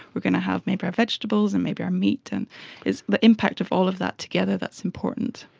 we're going to have maybe our vegetables and maybe our meat, and it's the impact of all of that together that's important.